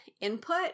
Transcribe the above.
input